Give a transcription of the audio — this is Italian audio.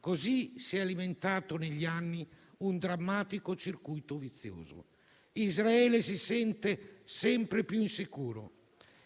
Così si è alimentato, negli anni, un drammatico circuito vizioso. Israele si sente sempre più insicuro,